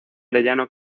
arellano